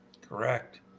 correct